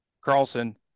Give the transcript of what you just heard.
Carlson